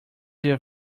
your